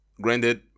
Granted